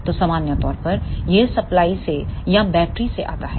तो सामान्य तौर पर यह सप्लाई से या बैटरी से आता है